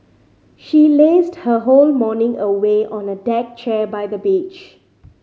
she lazed her whole morning away on a deck chair by the beach